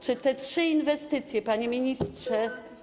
Czy te trzy inwestycje, panie ministrze.